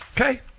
Okay